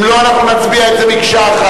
אם לא, אנחנו נצביע על מקשה אחת.